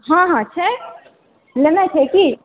हँ हँ छै लेनाइ छै कि